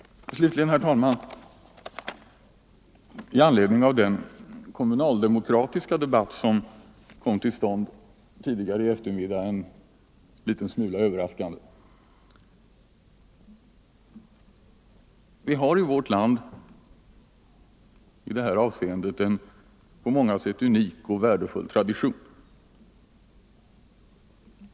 Slutligen, herr talman, vill jag säga något i anledning av den kommunaldemokratiska debatt som en liten smula överraskande kom till stånd tidigare i eftermiddag. Vi har i vårt land i fråga om den kommunala demokratin en på många sätt unik och värdefull tradition.